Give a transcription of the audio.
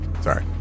Sorry